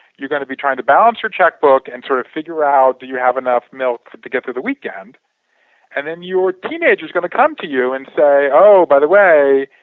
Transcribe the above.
going to be trying to balance your check book and sort of figure out that you have enough milk to get through the weekend and then your teenager is going to come to you and say oh, by the way